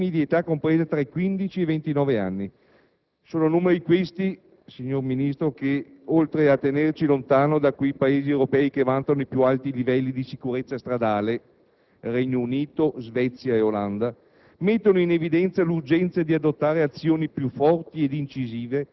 5.426 decessi, oltre 300.000 feriti, con il 30 per cento delle vittime di età compresa tra i 15 e i 29 anni. Sono numeri questi, signor Ministro, che, oltre a tenerci lontano da quei Paesi europei che vantano i più alti livelli di sicurezza stradale